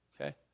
okay